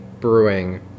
brewing